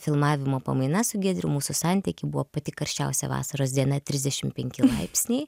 filmavimo pamaina su giedrium mūsų santykiai buvo pati karščiausia vasaros diena trisdešimt penki laipsniai